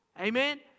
Amen